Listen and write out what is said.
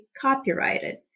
copyrighted